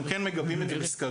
אנחנו כן מגבים את המזכרים,